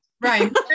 Right